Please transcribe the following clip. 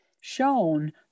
shown